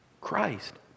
Christ